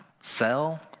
sell